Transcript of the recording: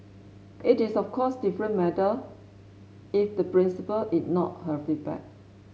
it is of course a different matter if the principal ignored her feedback